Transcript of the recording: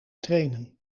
trainen